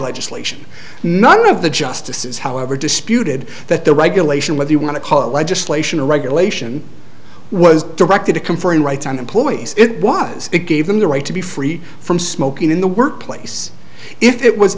legislation none of the justices however disputed that the regulation whether you want to call it legislation and regulation was directed to conferring rights on employees was it gave them the right to be free from smoking in the workplace if it was